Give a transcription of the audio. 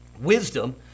Wisdom